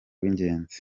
w’ingenzi